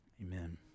Amen